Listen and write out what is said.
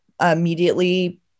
immediately